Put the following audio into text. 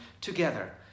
together